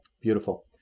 Beautiful